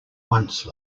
once